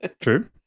True